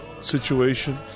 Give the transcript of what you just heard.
situation